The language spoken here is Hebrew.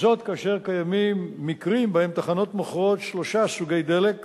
וזאת כאשר קיימים מקרים שבהם תחנות מוכרות שלושה סוגי דלק שונים,